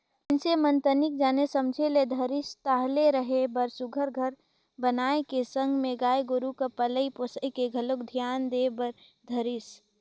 मइनसे मन तनिक जाने समझे ल धरिस ताहले रहें बर सुग्घर घर बनाए के संग में गाय गोरु कर पलई पोसई में घलोक धियान दे बर धरिस